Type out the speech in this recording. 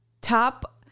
Top